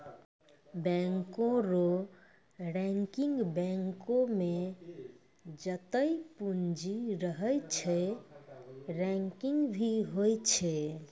बैंको रो रैंकिंग बैंको मे जत्तै पूंजी रहै छै रैंकिंग भी होय छै